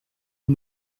and